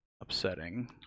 upsetting